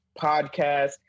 podcast